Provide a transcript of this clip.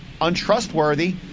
untrustworthy